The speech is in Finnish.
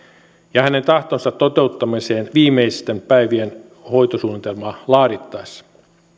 ja hänen tahtonsa toteuttamiseen viimeisten päivien hoitosuunnitelmaa laadittaessa